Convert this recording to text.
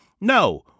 No